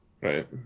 Right